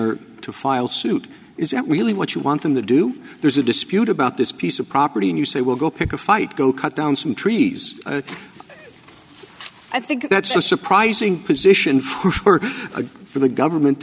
or to file suit is that really what you want them to do there's a dispute about this piece of property and you say we'll go pick a fight go cut down some trees i think that's a surprising position for a for the government